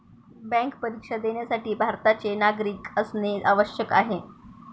bank परीक्षा देण्यासाठी भारताचे नागरिक असणे आवश्यक आहे